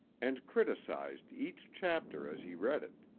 and criticized each chapter as he read it.